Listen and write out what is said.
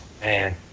Man